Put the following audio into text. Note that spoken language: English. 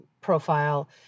profile